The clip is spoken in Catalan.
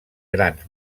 grans